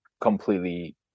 completely